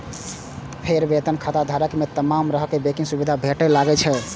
फेर वेतन खाताधारक कें तमाम तरहक बैंकिंग सुविधा भेटय लागै छै